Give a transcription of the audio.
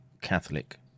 Catholic